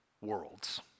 worlds